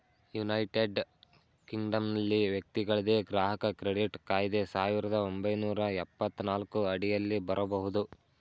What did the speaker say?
United ಕಿಂಗ್ಡಮ್ನಲ್ಲಿ ವ್ಯಕ್ತಿಗಳ್ಗೆ ಗ್ರಾಹಕ ಕ್ರೆಡಿಟ್ ಕಾಯ್ದೆ ಸಾವಿರದ ಒಂಬೈನೂರ ಎಪ್ಪತ್ತನಾಲ್ಕು ಅಡಿಯಲ್ಲಿ ಬರಬಹುದು